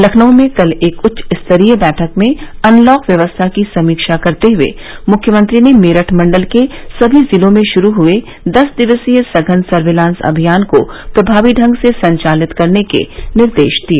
लखनऊ में कल एक उच्च स्तरीय बैठक में अनलॉक व्यवस्था की समीक्षा करते हुए मुख्यमंत्री ने मेरठ मंडल के सभी जिलों में शुरू हुए दस दिवसीय सघन सर्पिलांस अभियान को प्रभावी ढंग से संचालित करने के निर्देश दिए